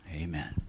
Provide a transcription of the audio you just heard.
Amen